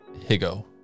Higo